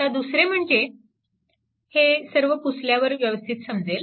आता दुसरे म्हणजे हे सर्व पुसल्यावर व्यवस्थित समजेल